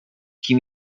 kim